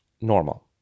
normal